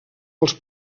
els